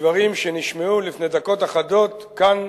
מדברים שנשמעו לפני דקות אחדות כאן,